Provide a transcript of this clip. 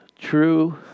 true